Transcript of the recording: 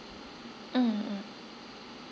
mm mm